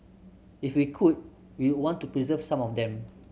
if we could we'd want to preserve some of them